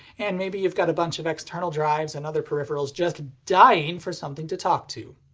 and maybe you've got a bunch of external drives and other peripherals just dying for something to talk to.